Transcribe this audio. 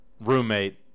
roommate